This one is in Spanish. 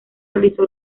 realizó